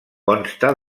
consta